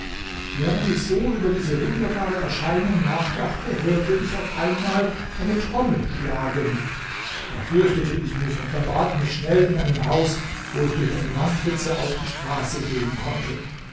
während ich so über diese wunderbare erscheinung nachdachte hörte ich auf einmal eine trommel schlagen da fürchtete ich mich und verbarg mich schnell in einem haus wo ich durch eine wandritze auf die straße sehen konnte